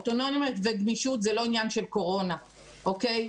אוטונומיה וגמישות זה לא עניין של קורונה, אוקיי?